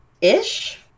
Ish